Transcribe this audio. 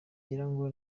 ngo